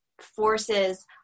forces